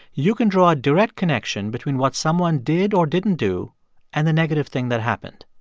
you can draw a direct connection between what someone did or didn't do and the negative thing that happened.